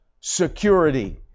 security